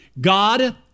God